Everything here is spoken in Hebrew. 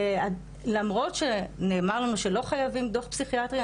למרות שנאמר לנו שלא חייבים דוח פסיכיאטרי,